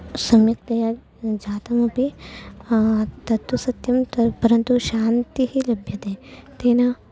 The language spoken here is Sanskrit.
सम्यक्तया जातमपि तत्तु सत्यं तत् परन्तु शान्तिः लभ्यते तेन